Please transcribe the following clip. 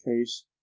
case